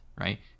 right